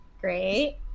great